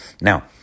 Now